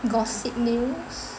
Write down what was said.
gossip news